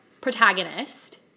protagonist